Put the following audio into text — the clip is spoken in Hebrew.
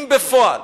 אם בפועל